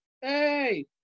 Hey